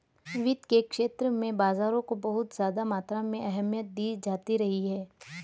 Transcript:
वित्त के क्षेत्र में बाजारों को बहुत ज्यादा मात्रा में अहमियत दी जाती रही है